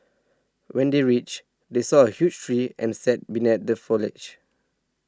when they reached they saw a huge tree and sat beneath the foliage